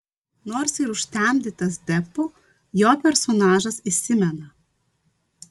nors ir užtemdytas deppo jo personažas įsimena